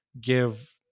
give